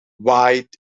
wide